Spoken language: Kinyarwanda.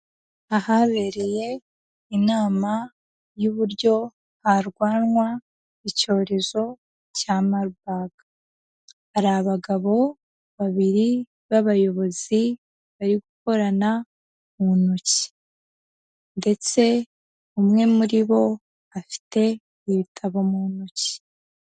Ahabereye inama, y'uburyo harwanwa icyorezo cya Marbarg. Hari abagabo babiri b'abayobozi bari gukorana mu ntoki. Ndetse umwe muri bo afite, ibitabo mu ntoki.